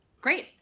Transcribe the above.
Great